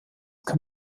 kann